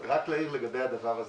רק להעיר לגבי הדבר הזה,